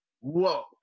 Whoa